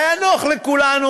והיה נוח לכולנו.